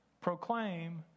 Proclaim